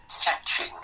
catching